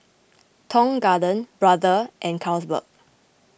Tong Garden Brother and Carlsberg